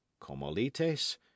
comolites